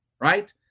right